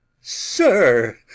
sir